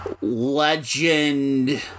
legend